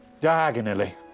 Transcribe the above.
Diagonally